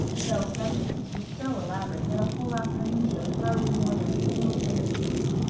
belle's centrepiece was so elaborate that a whole afternoon showed hardly more than a single finished leaf,